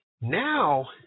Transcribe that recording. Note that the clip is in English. Now